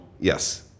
yes